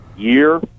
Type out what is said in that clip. year